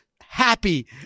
happy